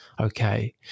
okay